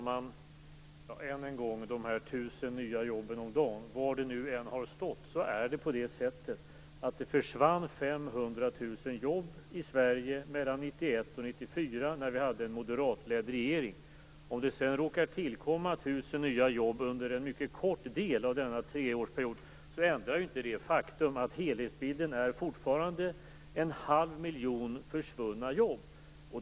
Herr talman! Än en gång vill jag säga, att var det än har stått om de 1 000 nya jobben om dagen försvann 500 000 jobb i Sverige mellan 1991 och 1994, när vi hade en moderatledd regering. Om det sedan råkar tillkomma 1 000 nya jobb under en mycket kort del av denna treårsperiod ändrar inte detta det faktum att helhetsbilden fortfarande är 1⁄2 miljon försvunna jobb.